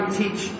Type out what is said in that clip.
teach